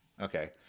Okay